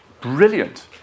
Brilliant